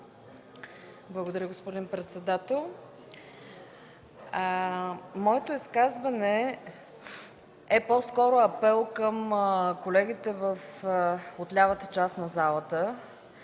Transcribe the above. Благодаря, господин председател. Моето изказване е по-скоро апел към колегите от лявата част на залата